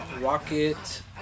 rocket